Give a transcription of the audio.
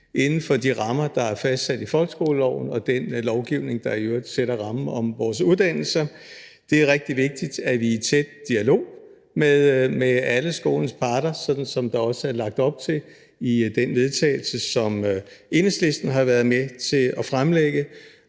inden for de rammer, der er fastsat i folkeskoleloven, og den lovgivning, der i øvrigt sætter rammen om vores uddannelser. Det er rigtig vigtigt, at vi er i tæt dialog med alle skolens parter, som der også er lagt op til i det forslag til vedtagelse, som Enhedslisten har været med til at fremsætte,